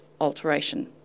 alteration